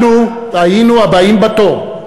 אנחנו היינו הבאים בתור.